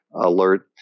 alert